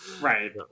right